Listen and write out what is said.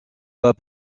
pas